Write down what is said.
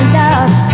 love